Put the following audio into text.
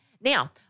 Now